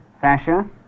fascia